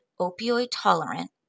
opioid-tolerant